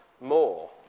more